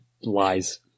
lies